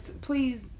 please